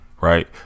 Right